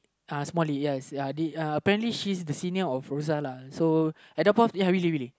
uh small lead yes ya did uh apparently she's the senior of Rosa lah so at that point of ya really really